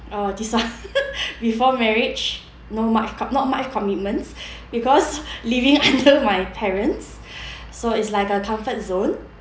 orh this one before marriage no much not much commitments because living under my parents so it's like a comfort zone